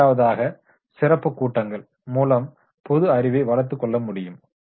இரண்டாவதாக சிறப்பு கூட்டங்கள் மூலம் பொது அறிவை வளர்த்து கொள்ள முடியும்